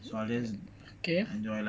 so just enjoy life